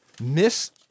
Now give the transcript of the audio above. Miss